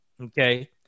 Okay